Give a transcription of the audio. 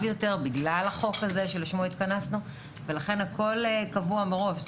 יותר בגלל החוק הזה שלשמו התכנסנו ולכן הכול קבוע מראש.